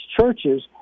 churches